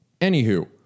Anywho